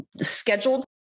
scheduled